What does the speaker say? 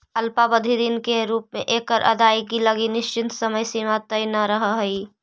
अल्पावधि ऋण के रूप में एकर अदायगी लगी निश्चित समय सीमा तय न रहऽ हइ